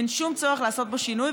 אין שום צורך לעשות בו שינוי.